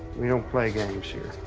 we don't play games here.